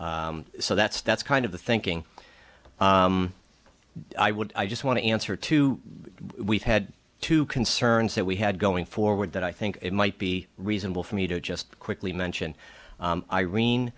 so that's that's kind of the thinking i would just want to answer to we've had two concerns that we had going forward that i think it might be reasonable for me to just quickly mention irene